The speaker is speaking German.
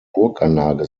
burganlage